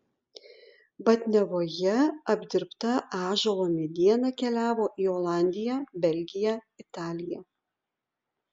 batniavoje apdirbta ąžuolo mediena keliavo į olandiją belgiją italiją